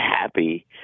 happy